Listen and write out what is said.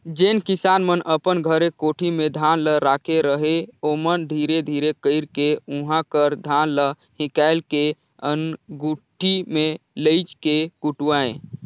जेन किसान मन अपन घरे कोठी में धान ल राखे रहें ओमन धीरे धीरे कइरके उहां कर धान ल हिंकाएल के धनकुट्टी में लेइज के कुटवाएं